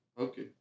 Okay